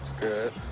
Good